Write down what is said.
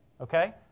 Okay